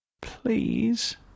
Please